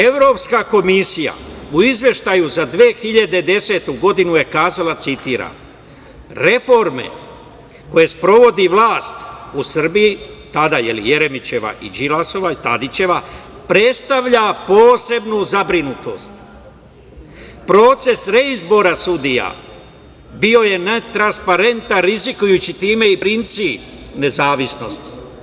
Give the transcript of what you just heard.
Evropska komisija u izveštaju za 2010. godinu je kazala, citiram: „Reforme koje sprovodi vlast u Srbiji“, tada, je li, Jeremićeva, Đilasova i Tadićeva, „predstavlja posebnu zabrinutost, proces reizbora sudija bio je netransparentan, rizikujući time i princip nezavisnosti.